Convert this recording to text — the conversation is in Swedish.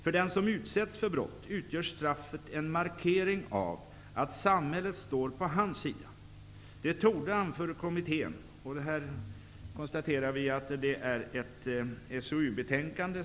För den som utsätts för brott utgör straffet en markering av att samhället står på hans sida.